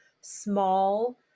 small